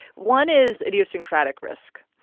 one is idiosyncratic risk,